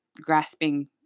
grasping